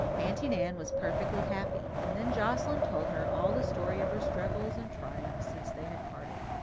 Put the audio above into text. aunty nan was perfectly happy. and then joscelyn told her all the story of her struggles and triumphs since they had parted.